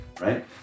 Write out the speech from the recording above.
right